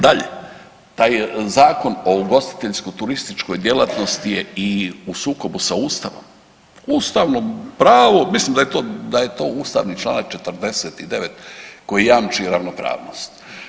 Dalje, taj Zakon o ugostiteljsko-turističkoj djelatnosti je i u sukobu sa Ustavom, ustavno pravo mislim da je to ustavni čl. 49. koji jamči ravnopravnost.